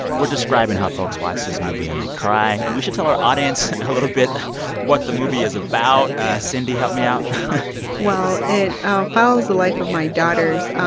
we're describing how folks watch this movie and they cry. we should tell our audience a little bit what the movie is about cindy, help me out well, it follows the life of my daughters.